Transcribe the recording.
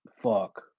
Fuck